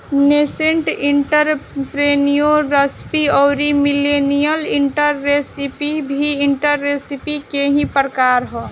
nascent entrepreneurship अउरी millennial entrepreneurship भी entrepreneurship के ही प्रकार ह